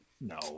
No